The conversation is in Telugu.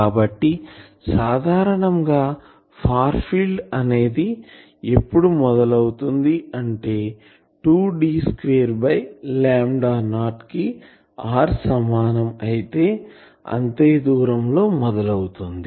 కాబట్టి సాధారణం గా ఫార్ ఫీల్డ్ అనేది ఎప్పుడు మొదలు అవుతుంది అంటే 2D2 0 కి r సమానం అయితే అంతే దూరం లో మొదలు అవుతుంది